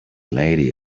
lady